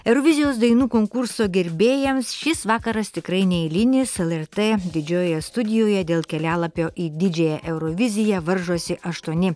eurovizijos dainų konkurso gerbėjams šis vakaras tikrai neeilinis lrt didžiojoje studijoje dėl kelialapio į didžiąją euroviziją varžosi aštuoni